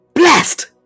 Blessed